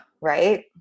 Right